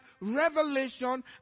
revelation